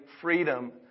freedom